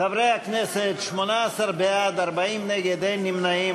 חברי הכנסת, 18 בעד, 40 נגד, אין נמנעים.